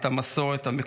את המסורת המקומית,